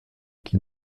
qui